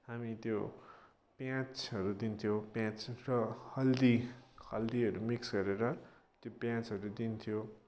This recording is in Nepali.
हामी त्यो प्याजहरू दिन्थ्यौँ प्याज र हल्दी हल्दीहरू मिक्स गरेर त्यो प्याजहरू दिन्थ्यौँ